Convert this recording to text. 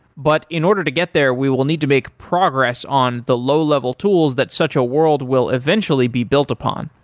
but in order to get there we will need to make progress on the low level tools that such a world will eventually be built upon,